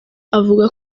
avuga